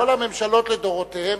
כל הממשלות לדורותיהן,